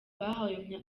bahawe